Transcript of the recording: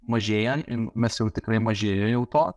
mažėja mes jau tikrai mažėja jau to